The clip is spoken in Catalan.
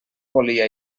volia